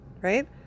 Right